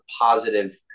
positive